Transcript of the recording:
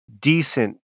decent